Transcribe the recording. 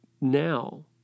now